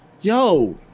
yo